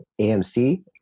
AMC